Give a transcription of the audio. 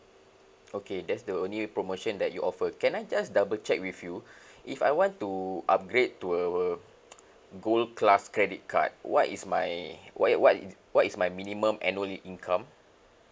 okay that's the only promotion that you offer can I just double check with you if I want to upgrade to a gold class credit card what is my wha~ what what is my minimum annual income